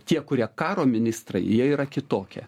tie kurie karo ministrai jie yra kitokia